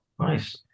nice